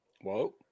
whoa